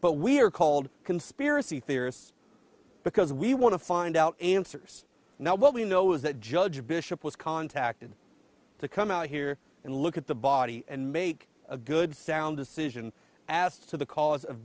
but we're called conspiracy theorists because we want to find out answers now what we know is that judge bishop was contacted to come out here and look at the body and make a good sound decision as to the cause of